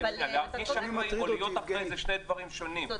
להרגיש אחראים או להיות אחראים זה שני דברים שונים.